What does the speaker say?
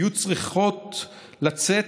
היו צריכות לצאת,